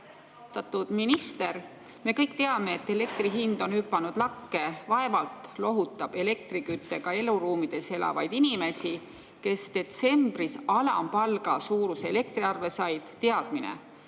Austatud minister! Me kõik teame, et elektri hind on hüpanud lakke. Vaevalt lohutab elektriküttega eluruumides elavaid inimesi, kes detsembris alampalgasuuruse elektriarve said, teadmine,